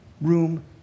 room